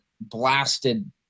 blasted